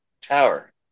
tower